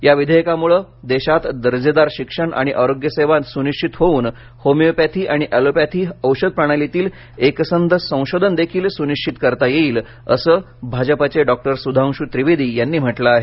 या विधेयकांमुळे देशात दर्जेदार शिक्षण आणि आरोग्य सेवा सुनिश्वित होवून होमिओपॅथी आणि एघलोपॅथी औषध प्रणालीतील एकसंध संशोधन देखील सुनिश्वित करता योईल असं भाजपाचे डॉ सुधांशु त्रिवेदी यांनी म्हटलं आहे